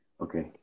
Okay